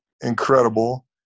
incredible